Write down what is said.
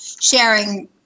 sharing